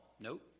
Nope